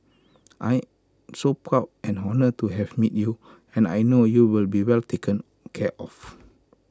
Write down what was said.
I'm so proud and honoured to have met you and I know you will be well taken care of